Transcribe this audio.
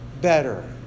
better